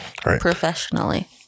Professionally